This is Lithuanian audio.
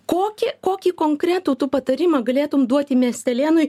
kokį kokį konkretų tu patarimą galėtum duoti miestelėnui